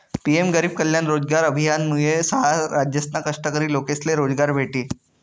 PM गरीब कल्याण रोजगार अभियानमुये सहा राज्यसना कष्टकरी लोकेसले रोजगार भेटी